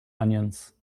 onions